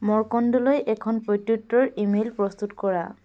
মৰ্কন্দলৈ এখন প্ৰত্যুত্তৰ ইমেইল প্ৰস্তুত কৰা